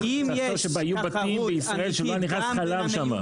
היו בתים בישראל שלא היה נכנס שם חלב.